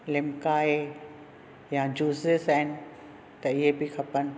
लिमका आहे या जूसेस आहिनि त इहे बि खपनि